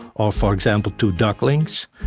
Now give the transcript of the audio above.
or for example, to ducklings,